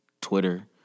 Twitter